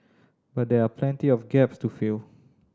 but there are plenty of gaps to fill